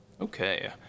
Okay